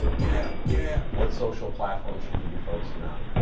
yeah yeah what social platform should you be focusing on?